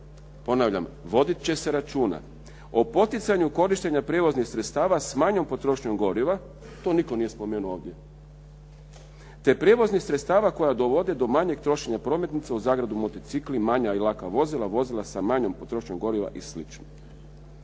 cestarine, vodit će se računa, o poticanju korištenja prijevoznih sredstava s manjom potrošnjom goriva." To nitko nije spomenuo ovdje, "te prijevoznih sredstava koja dovode do manjeg trošenja prometnica (motocikli i manja i laka vozila, vozila sa manjom potrošnjom goriva i sl.)".